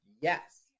yes